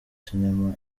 cinema